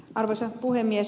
arvoisa puhemies